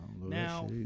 Now